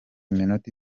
iminota